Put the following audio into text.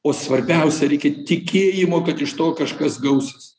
o svarbiausia reikia tikėjimo kad iš to kažkas gausis